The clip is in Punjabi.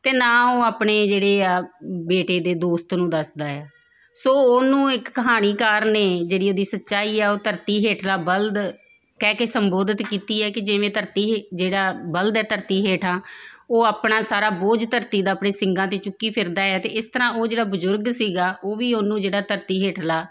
ਅਤੇ ਨਾ ਉਹ ਆਪਣੇ ਜਿਹੜੇ ਆ ਬੇਟੇ ਦੇ ਦੋਸਤ ਨੂੰ ਦੱਸਦਾ ਆ ਸੋ ਉਹਨੂੰ ਇੱਕ ਕਹਾਣੀਕਾਰ ਨੇ ਜਿਹੜੀ ਉਹਦੀ ਸੱਚਾਈ ਆ ਉਹ ਧਰਤੀ ਹੇਠਲਾ ਬਲਦ ਕਹਿ ਕੇ ਸੰਬੋਧਿਤ ਕੀਤੀ ਹੈ ਕਿ ਜਿਵੇਂ ਧਰਤੀ ਹੇ ਜਿਹੜਾ ਬਲਦ ਹੈ ਧਰਤੀ ਹੇਠਾਂ ਉਹ ਆਪਣਾ ਸਾਰਾ ਬੋਝ ਧਰਤੀ ਦਾ ਆਪਣੇ ਸਿੰਗਾਂ 'ਤੇ ਚੁੱਕੀ ਫਿਰਦਾ ਹੈ ਅਤੇ ਇਸ ਤਰ੍ਹਾਂ ਉਹ ਜਿਹੜਾ ਬਜ਼ੁਰਗ ਸੀਗਾ ਉਹ ਵੀ ਉਹਨੂੰ ਜਿਹੜਾ ਧਰਤੀ ਹੇਠਲਾ